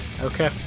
Okay